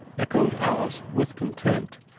echoed alice, with contempt.